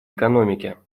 экономике